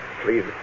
please